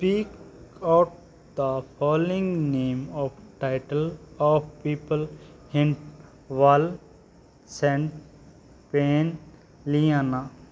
speak out the following name of title of people hint well saint paint ਲਿਆਨਾ